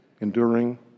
enduring